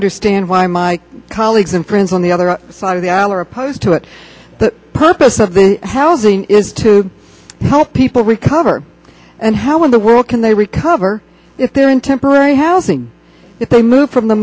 understand why my colleagues and friends on the other side of the aisle are opposed to it the purpose of the housing is to help people recover and how in the world can they recover if they're in temporary housing if they move from the